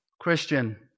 Christian